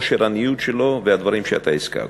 כושר הניוד שלו והדברים שאתה הזכרת.